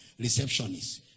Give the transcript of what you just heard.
receptionists